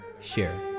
share